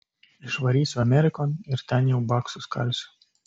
išvarysiu amerikon ir ten jau baksus kalsiu